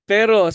Pero